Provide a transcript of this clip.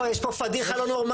בוא, יש פה פדיחה לא נורמלית.